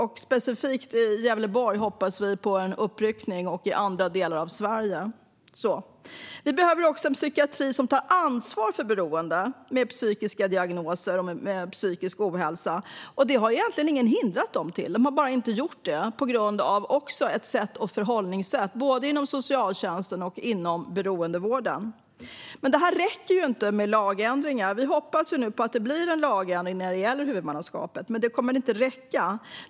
Vi hoppas på en uppryckning specifikt i Gävleborg samt i andra delar av Sverige. Vi behöver också en psykiatri som tar ansvar för beroende med psykiska diagnoser och psykisk ohälsa. Det har egentligen ingen hindrat psykiatrin att göra - den har bara inte gjort det, på grund av ett förhållningssätt inom både socialtjänsten och beroendevården. Lagändringar räcker dock inte. Vi hoppas ju nu att det blir en lagändring när det gäller huvudmannaskapet, men det kommer inte att räcka.